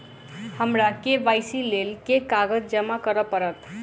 हमरा के.वाई.सी केँ लेल केँ कागज जमा करऽ पड़त?